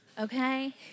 okay